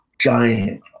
giant